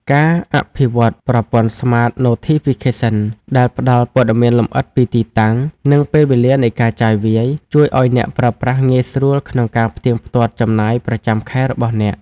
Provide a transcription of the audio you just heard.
ការអភិវឌ្ឍប្រព័ន្ធ Smart Notification ដែលផ្ដល់ព័ត៌មានលម្អិតពីទីតាំង និងពេលវេលានៃការចាយវាយ ជួយឱ្យអ្នកប្រើប្រាស់ងាយស្រួលក្នុងការផ្ទៀងផ្ទាត់ចំណាយប្រចាំខែរបស់ខ្លួន។